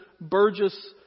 Burgess